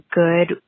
good